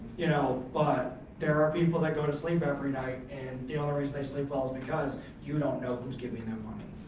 you know but there are people that go to sleep every night and the only reason they sleep well is because you don't know who's giving them money.